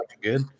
good